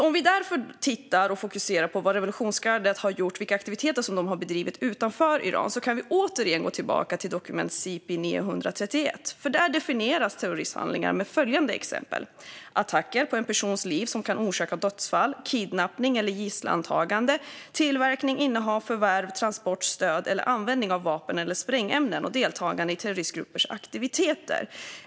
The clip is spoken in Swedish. Om vi därför fokuserar på vilka aktiviteter som revolutionsgardet har ägnat sig åt utanför Iran kan vi återigen gå tillbaka till dokument CP 931. Där definieras nämligen terroristhandlingar med följande exempel: attacker på en persons liv som kan orsaka dödsfall, kidnappning eller gisslantagande, tillverkning, innehav, förvärv, transport, stöd eller användning av vapen eller sprängämnen och deltagande i terroristgruppers aktiviteter.